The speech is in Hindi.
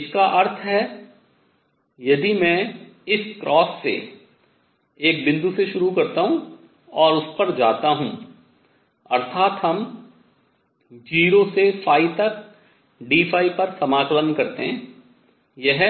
इसका अर्थ है यदि मैं इस क्रॉस से एक बिंदु से शुरू करता हूँ और उस पर जाता हूँ अर्थात हम 0 से तक d पर समाकलन करते हैं यह